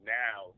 now